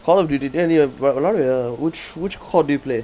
call of duty நீ வெளையாடுவியா:nee velaiyaduviya which which C_O_D do you play